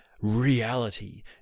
reality